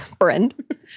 Friend